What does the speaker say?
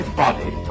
body